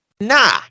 nah